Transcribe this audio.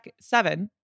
seven